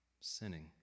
sinning